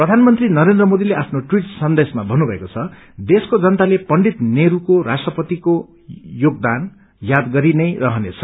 प्रधानमन्त्री नरेन्त्र मोदीले आफ्नो ट्वीट सन्देशमा भन्नुभएको छ देशको जनताले पण्डित नेहरूको राष्ट्रपतिको योगदान याद गरिनै रहनेछ